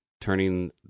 turning